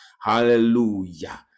hallelujah